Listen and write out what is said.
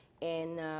and